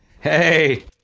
Hey